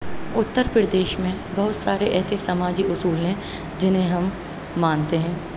اُترپردیش میں بہت سارے ایسے سماجی اصول ہیں جنہیں ہم مانتے ہیں